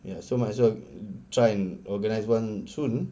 ya so might as well try and organize one soon